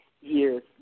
years